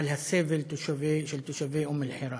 על הסבל של תושבי אום-אלחיראן.